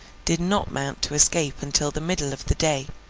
did not mount to escape until the middle of the day,